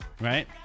right